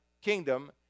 kingdom